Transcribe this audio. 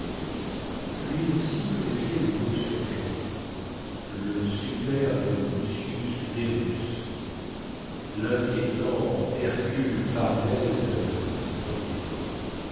lui aussi connaissait le beau surgeon le superbe lucius verus linquiétant hercule farnèse du premier